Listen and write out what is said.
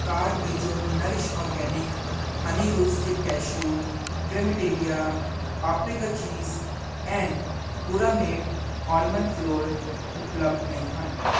cart ਵਿੱਚੋਂ nourish organic honey roasted cashew creamy italia paprika cheese and ਪੁਰਾਮੇਟ almond flour ਉਪਲਬਧ ਨਹੀਂ ਹਨ